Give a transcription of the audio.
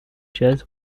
jazz